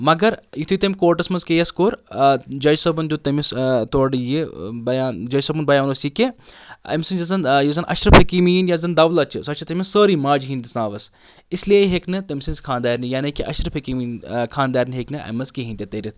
مگر یُتھُے تٔمۍ کورٹَس منٛز کیس کوٚر جَج صٲبَن دیُٚت تیٚمِس تورٕ یہِ بیان جَج صٲبُن بیان اوس یہِ کہ أمسٕنٛزِ یۄس زَن یُۄس زَن اشرف حکیٖمی یِن یۄس زَن دولت چھِ سۄ چھَ تٔمِس سٲرٕے ماجہِ ہِنٛدِس ناوَس اسلیے ہیٚکہِ نہٕ تیٚمسٕنٛزِ خاندارنہِ یعنی کہ اشرف حکیٖمٕنۍ خاندارنہِ ہیٚکہِ نہٕ اَمہِ منٛز کِہیٖنۍ تہِ تٔرِتھ